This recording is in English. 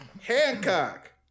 Hancock